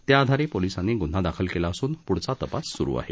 त्याआधारे पोलीसांनी गुन्हा दाखल केला असून पुढचा तपास सुरु आहे